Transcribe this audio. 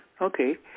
Okay